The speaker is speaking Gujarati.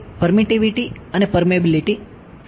પરમિટીવિટી મીડિયા છે